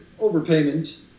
overpayment